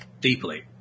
deeply